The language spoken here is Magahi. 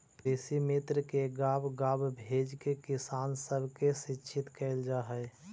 कृषिमित्र के गाँव गाँव भेजके किसान सब के शिक्षित कैल जा हई